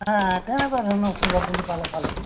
হাঁ তেনেকুৱা ধৰণৰ ফুলৰ পুলি পালে ভাল হ'ব